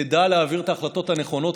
תדע להעביר את ההחלטות הנכונות,